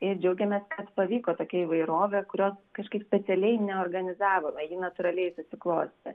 ir džiaugiamės kad pavyko tokia įvairovė kurios kažkaip specialiai neorganizavome ji natūraliai susiklostė